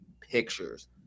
pictures